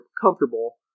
comfortable